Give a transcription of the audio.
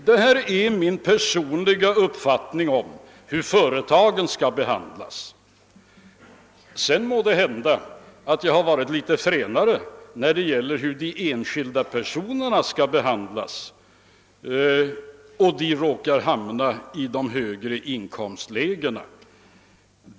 Detta är min personliga uppfattning om hur företagen skall behandlas. Sedan kan det hända att jag har varit litet fränare i min uppfattning om hur enskilda personer skall behandlas då de råkar hamna i de högre inkomstlägena.